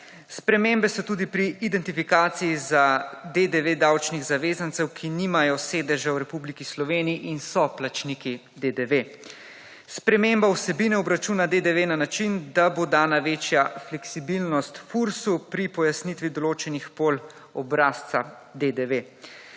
Spremembe so tudi pri identifikaciji za DDV davčnih zavezancev, ki nimajo sedeža v Republiki Sloveniji in so plačniki DDV. Sprememba vsebine obračuna DDV na način, da bo dana večja fleksibilnost FURS pri pojasnitvi določenih pol obrazca DDV.